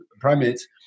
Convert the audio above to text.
primates